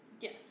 Yes